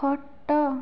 ଖଟ